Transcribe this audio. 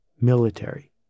military